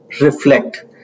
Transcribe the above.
reflect